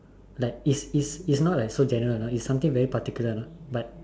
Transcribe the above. like it's it's it's not like so general you know it's something very particular you know but